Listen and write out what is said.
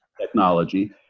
technology